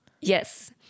Yes